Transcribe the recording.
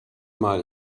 mal